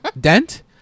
Dent